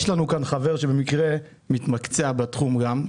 יש לנו כאן חבר, שבמקרה מתמקצע בתחום גם.